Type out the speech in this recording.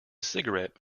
cigarette